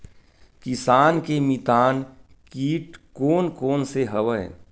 किसान के मितान कीट कोन कोन से हवय?